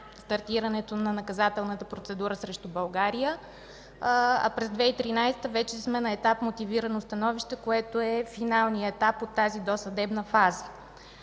стартирането на наказателната процедура срещу България, а през 2013 г. вече сме на етап мотивирано становище, което е финалният етап от тази досъдебна фаза.